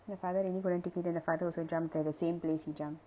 the father really couldn't take it then the father also jumped at the same place he jumped